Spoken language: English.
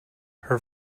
her